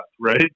right